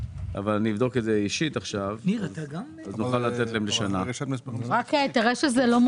מאושר לשנה 516267911 מרבה דעת מאושר לשנה 580543411 רשימה לאישור